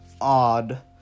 odd